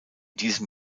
diesem